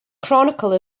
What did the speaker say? chronicle